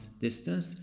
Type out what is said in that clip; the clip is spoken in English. distance